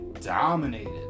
dominated